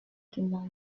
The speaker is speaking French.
demanda